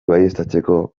baieztatzeko